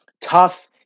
tough